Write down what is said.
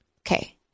Okay